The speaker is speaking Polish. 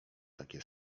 takie